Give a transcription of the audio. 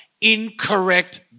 incorrect